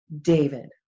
David